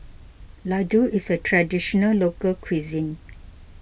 Ladoo is a Traditional Local Cuisine